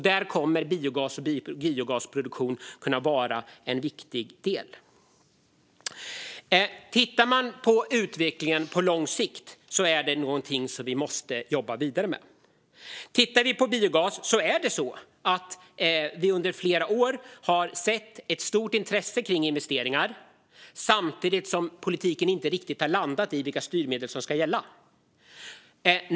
Där kommer biogasproduktion att vara en viktig del. Vi måste jobba vidare med utvecklingen på lång sikt. Det har under flera år varit ett stort intresse för investeringar i biogas samtidigt som politiken inte riktigt har landat i vilka styrmedel som ska gälla.